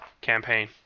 campaign